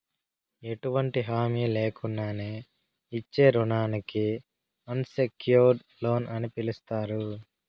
ఎటువంటి హామీ లేకున్నానే ఇచ్చే రుణానికి అన్సెక్యూర్డ్ లోన్ అని పిలస్తారు